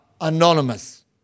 anonymous